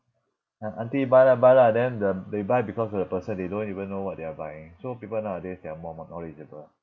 ah aunty buy lah buy lah then the they buy because of the person they don't even know what they are buying so people nowadays they are more more knowledgeable